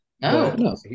No